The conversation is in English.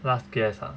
last guess ah